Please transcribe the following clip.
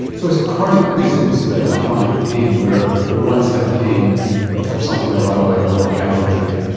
so is chronic dizziness a bit like chronic pain where you once had pain from something or other, like a low back injury,